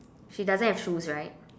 she doesn't have shoes right